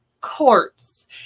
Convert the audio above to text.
courts